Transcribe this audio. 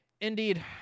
Indeed